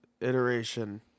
iteration